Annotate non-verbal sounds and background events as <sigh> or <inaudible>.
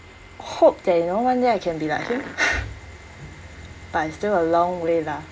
hope that you know one day I can be like him <laughs> but it's still a long way lah